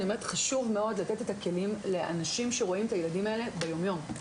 חשוב מאוד לתת את הכלים לאנשים שרואים את הילדים האלה ביום-יום.